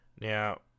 Now